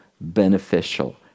beneficial